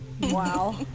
Wow